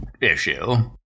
issue